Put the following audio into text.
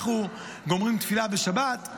אנחנו גומרים תפילה בשבת,